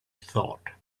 thought